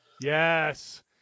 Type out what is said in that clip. Yes